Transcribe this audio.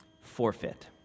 forfeit